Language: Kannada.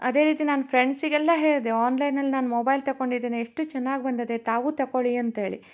ಅದೇ ರೀತಿ ನಾನು ಫ್ರೆಂಡ್ಸಿಗೆಲ್ಲ ಹೇಳಿದೆ ಆನ್ಲೈನಲ್ಲಿ ನಾನು ಮೊಬೈಲ್ ತಕ್ಕೊಂಡಿದಿನಿ ಎಷ್ಟು ಚೆನ್ನಾಗ್ ಬಂದದೆ ತಾವು ತಗೊಳಿ ಅಂತೇಳಿ